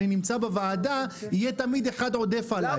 אני נמצא בוועדה יהיה תמיד אחד עודף עליי,